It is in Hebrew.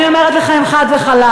אני אומרת לכם חד וחלק: